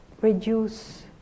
reduce